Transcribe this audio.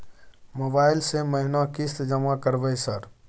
Mobile से महीना किस्त जमा करबै सर?